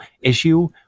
issue